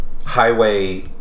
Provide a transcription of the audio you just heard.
highway